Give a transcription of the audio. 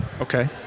Okay